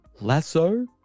Lasso